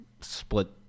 split